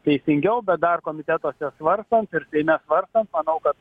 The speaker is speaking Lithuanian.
teisingiau bet dar komitetuose svarstant ir seime svarstant manau kad